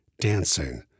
dancing